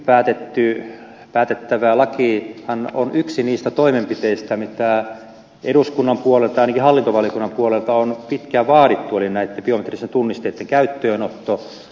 nyt päätettävä lakihan on yksi niistä toimenpiteistä mitä eduskunnan puolelta ainakin hallintovaliokunnan puolelta on pitkään vaadittu eli näiden biometristen tunnisteiden käyttöönotto